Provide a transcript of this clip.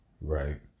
right